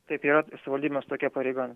taip yra savivaldybėms tokia pareiga